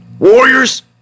Warriors